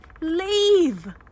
Leave